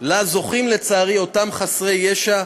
שלה זוכים, לצערי, אותם חסרי ישע,